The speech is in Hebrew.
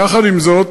יחד עם זאת,